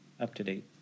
up-to-date